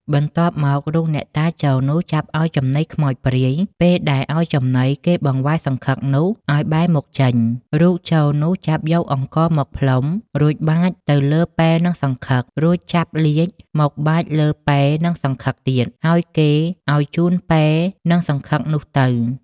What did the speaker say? បន្ទាប់មក រូបអ្នកតាចូលនោះ ចាប់ឲ្យចំណីខ្មោចព្រាយ ពេលដែលឲ្យចំណីគេបង្វែរសង្ឃឹកនោះ ឲ្យបែរមុខ ចេញ រូបចូលនោះចាប់យកអង្ករមកផ្លុំ រួចបាចទៅលើពែនិងសង្ឃឹក រួចចាប់លាជមកបាចលើពែនិងសង្ឃឹកទៀត ហើយគេឲ្យជូនពែនិងសង្ឃឹកនោះទៅ ។